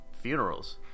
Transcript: funerals